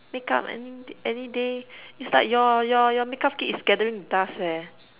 make-up any d~ any day it's like your your your make-up kit is gathering dust leh